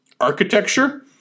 architecture